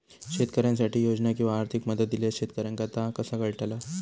शेतकऱ्यांसाठी योजना किंवा आर्थिक मदत इल्यास शेतकऱ्यांका ता कसा कळतला?